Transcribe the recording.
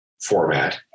format